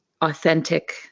authentic